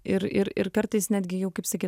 ir ir ir kartais netgi jau kaip sakyt